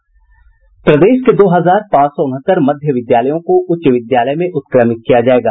प्रदेश के दो हजार पांच सौ उनहत्तर मध्य विद्यालयों को उच्च विद्यालय में उत्क्रमित किया जायेगा